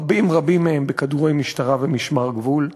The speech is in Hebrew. רבים רבים מהם בכדורי משטרה ומשמר הגבול,